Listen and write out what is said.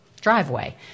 driveway